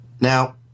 Now